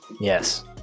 yes